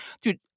Dude